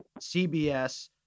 CBS –